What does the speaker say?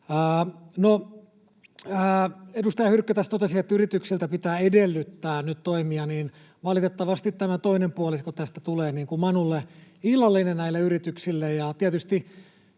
edustaja Hyrkkö tässä totesi, että yrityksiltä pitää edellyttää nyt toimia, mutta valitettavasti tämä toinen puolisko tästä tulee niin kuin manulle illallinen näille yrityksille,